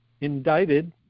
indicted